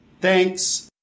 Thanks